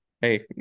Hey